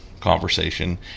conversation